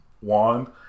wand